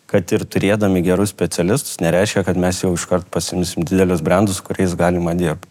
kad ir turėdami gerus specialistus nereiškia kad mes jau iškart pasiimsim didelius brandus su kuriais galima dirbt